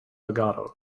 legato